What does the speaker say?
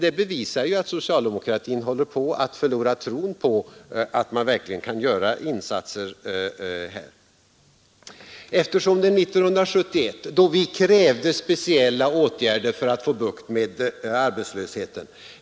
Det bevisar ju att socialdemokratin håller på att förlora tron på att man verkligen kan göra insatser på detta område. År 1971 krävde vi speciella åtgärder för att få bukt med arbetslösheten.